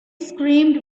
screamed